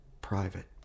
private